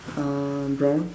uh brown